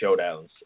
showdowns